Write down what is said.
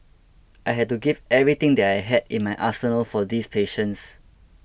I had to give everything that I had in my arsenal for these patients